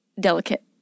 delicate